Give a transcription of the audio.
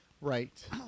Right